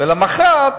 ולמחרת